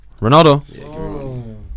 Ronaldo